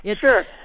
sure